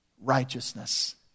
righteousness